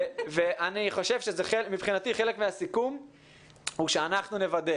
אני חושב שמבחינתי חלק מהסיכום הוא שאנחנו נוודא